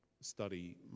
study